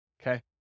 Okay